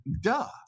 duh